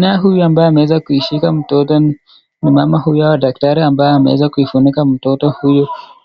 Naye huyu ambaye ameweza kuishika mtoto ni mama huyo wa daktari amaye ameweza kuifunika mtoto